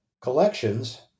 collections